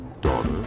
daughter